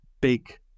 big